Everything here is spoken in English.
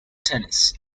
tennis